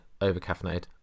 over-caffeinated